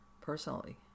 Personally